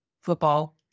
football